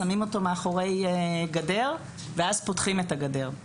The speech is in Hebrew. שמים אותו מאחורי גדר ואז פותחים את הגדר.